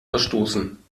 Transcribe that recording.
verstoßen